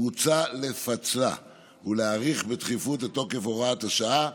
מוצע לפצלה ולהאריך בדחיפות את תוקף הוראת השעה,